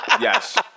yes